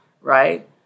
right